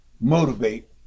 motivate